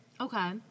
Okay